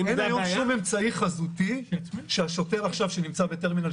אין לנו שום אמצעי חזותי שהשוטר שנמצא עכשיו בטרמינל